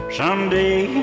someday